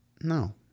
No